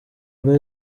boyz